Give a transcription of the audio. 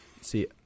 see